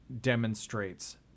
demonstrates